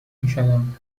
میشوند